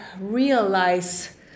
realize